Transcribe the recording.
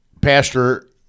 Pastor